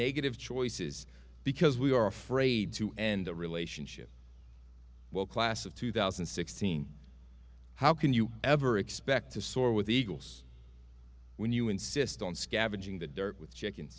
negative choices because we are afraid to end a relationship well class of two thousand and sixteen how can you ever expect to soar with the eagles when you insist on scavenging the dirt with chicken